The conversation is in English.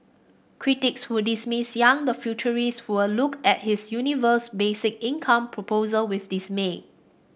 critics who dismiss Yang the futurist will look at his universal basic income proposal with dismay